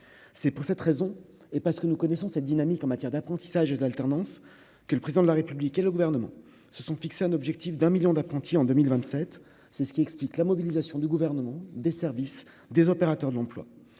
c'est pour cette raison et parce que nous connaissons cette dynamique en matière d'apprentissage et d'alternance que le président de la République et le gouvernement se sont fixé un objectif d'un 1000000 d'apprentis en 2027, c'est ce qui explique la mobilisation du gouvernement des services des opérateurs de l'emploi,